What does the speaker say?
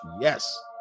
Yes